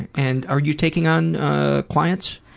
and are you taking on clients?